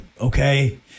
okay